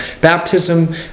Baptism